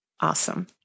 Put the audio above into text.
awesome